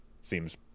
seems